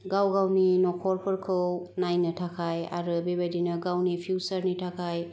गाव गावनि नखरफोरखौ नायनो थाखाय आरो बेबायदिनो गावनि फिउसारनि थाखाय